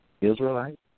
Israelite